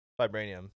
Vibranium